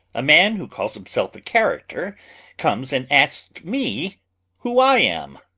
a man who calls himself a character comes and asks me who i am!